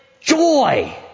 joy